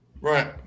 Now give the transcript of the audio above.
Right